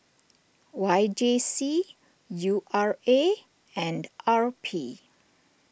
Y J C U R A and R P